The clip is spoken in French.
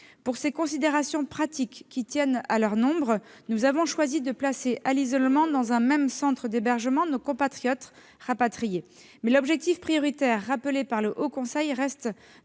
nom de considérations pratiques qui tiennent à leur nombre, nous avons choisi de placer à l'isolement dans un même centre d'hébergement nos compatriotes rapatriés. Mais l'objectif prioritaire, rappelé par le Haut Conseil, reste